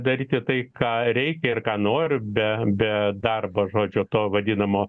daryti tai ką reikia ir ką noriu be be darbo žodžiu to vadinamo